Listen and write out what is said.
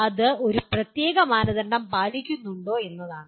അത് ഒരു പ്രത്യേക മാനദണ്ഡം പാലിക്കുന്നുണ്ടോ എന്നതാണ്